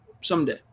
Someday